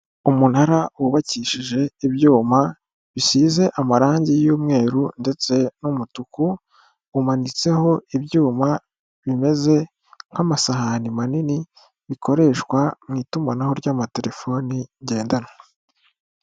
Umunara wubakishije ibyuma bisize amarangi y'umweru ndetse n'umutuku, umanitseho ibyuma bimeze nk'amasahani manini bikoreshwa mu itumanaho ry'amatelefoni ngendanwa.